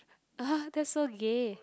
uh that's so gay